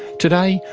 today,